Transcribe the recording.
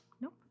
Nope